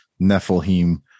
Nephilim